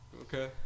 Okay